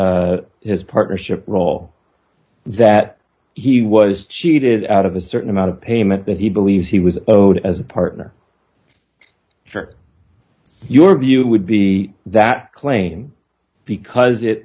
left his partnership role that he was cheated out of a certain amount of payment that he believes he was owed as a partner for your view would be that clain because it